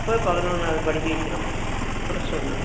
இப்போ பதினொன்னாவுது படிக்க வைக்கிறோம் பிளஸ் ஓன்று